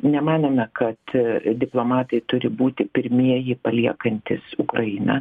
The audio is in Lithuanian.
nemanome kad diplomatai turi būti pirmieji paliekantys ukrainą